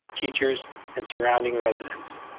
teachers, and surrounding residents.